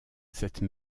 cette